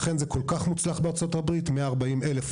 לכן זה כל כך מוצלח בארצות הברית, 140,000